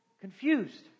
confused